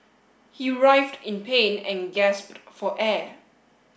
he writhed in pain and gasped for air